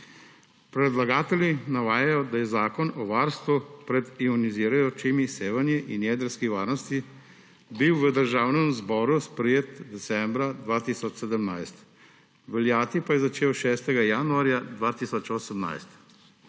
Predlagatelji navajajo, da je Zakon o varstvu pred ionizirajočimi sevanji in jedrski varnosti bil v Državnem zboru sprejet decembra 2017, veljati pa je začel 6. januarja 2018.